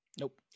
Nope